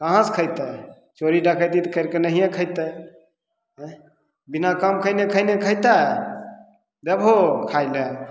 कहाँसँ खेतय चोरी डकैती तऽ करिके नहियेँ खेतय आँए बिना काम कयने खयने खयतय देबहो खाइ लए